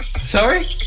Sorry